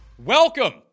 Welcome